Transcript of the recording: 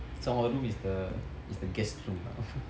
so உன்:un room is the guest room now